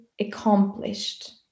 accomplished